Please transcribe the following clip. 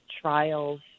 trials